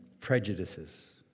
prejudices